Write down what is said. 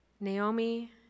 Naomi